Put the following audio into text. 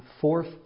fourth